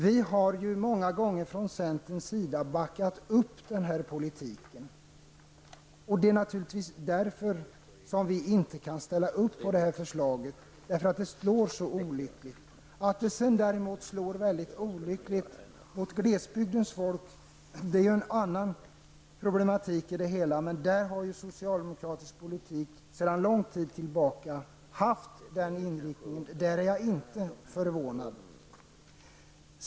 Vi har många gånger från centerns sida backat upp den politik som förts. Men vi kan inte ställa upp på det förslag som nu föreligger, därför att det slår så olyckligt. Att det slår väldigt olyckligt mot glesbygdens folk är en annan problematik i det hela. Socialdemokratisk politik har sedan lång tid tillbaka haft den inriktningen, så där är jag inte förvånad.